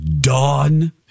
Dawn